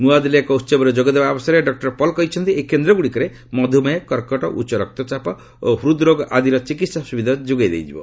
ନୂଆଦିଲ୍ଲୀରେ ଏକ ଉତ୍ସବରେ ଯୋଗଦେବା ଅବସରରେ ଡକ୍ଟର ପଲ୍ କହିଛନ୍ତି ଏହି କେନ୍ଦ୍ରଗୁଡ଼ିକରେ ମଧୁମେହ କର୍କଟ ଉଚ୍ଚ ରକ୍ତଚାପ ଓ ହୃଦ୍ରୋଗ ଆଦିର ଚିକିତ୍ସା ସୁବିଧା ଯୋଗାଇ ଦିଆଯିବ